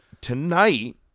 tonight